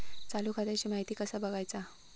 चालू खात्याची माहिती कसा बगायचा?